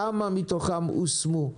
כמה מתוכם הושמו.